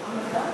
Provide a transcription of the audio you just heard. המדע.